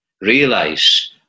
Realize